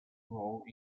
role